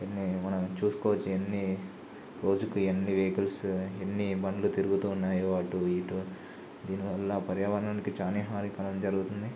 ఎన్ని మనం చూసుకోవచ్చు ఎన్ని రోజుకు ఎన్ని వెహికల్స్ ఎన్ని బండ్లు తిరుగుతూ ఉన్నాయో అటు ఇటు దీనివల్ల పర్యావరణానికి చాని హానికరం జరుగుతుంది